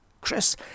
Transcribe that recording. Chris